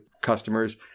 customers